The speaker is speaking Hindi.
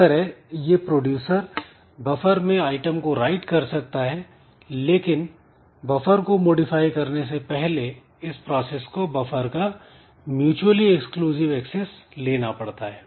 इस तरह यह प्रोड्यूसर बफर में आइटम को राइट कर सकता है लेकिन बफर को मॉडिफाई करने से पहले इस प्रोसेस को बफर का म्यूच्यूअली एक्सक्लूसिव एक्सेस लेना पड़ता है